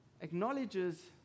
acknowledges